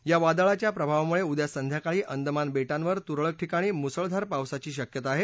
या वादळाच्या प्रभावामुळे उद्या संध्याकाळी अंदमान बेटांवर तुरळक ठिकाणी मुसळधार पावसाची शक्यता आहे